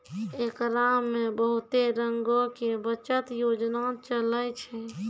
एकरा मे बहुते रंगो के बचत योजना चलै छै